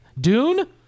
Dune